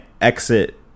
exit